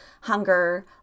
hunger